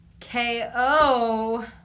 KO